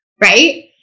right